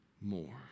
more